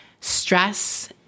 stress